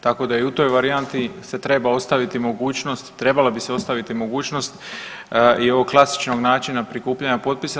Tako da i u toj varijanti se treba ostaviti mogućnost, trebala bi se ostaviti mogućnost i ovog klasičnog načina prikupljanja potpisa.